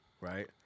right